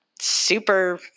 super